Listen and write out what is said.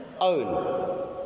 own